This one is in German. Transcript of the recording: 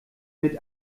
mit